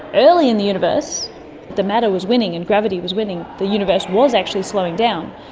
early in the universe the matter was winning and gravity was winning, the universe was actually slowing down,